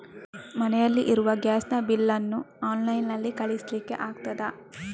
ಮನೆಯಲ್ಲಿ ಇರುವ ಗ್ಯಾಸ್ ನ ಬಿಲ್ ನ್ನು ಆನ್ಲೈನ್ ನಲ್ಲಿ ಕಳಿಸ್ಲಿಕ್ಕೆ ಆಗ್ತದಾ?